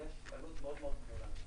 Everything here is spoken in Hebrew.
יש עלות מאוד מאוד גבוהה.